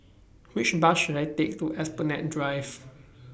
Which Bus should I Take to Esplanade Drive